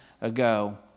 ago